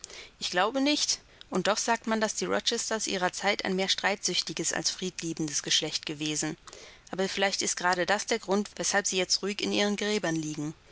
ich glaube nicht und doch sagt man daß die rochesters ihrer zeit ein mehr streitsüchtiges als friedliebendes geschlecht gewesen aber vielleicht ist gerade das der grund weshalb sie jetzt ruhig in ihren gräbern liegen